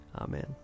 Amen